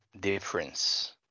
difference